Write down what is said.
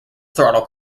throttle